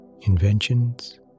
inventions